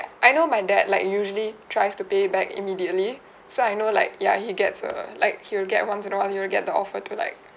I know my dad like usually tries to pay back immediately so I know like ya he gets a like he'll get once in a while he will get the offer to like